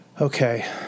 okay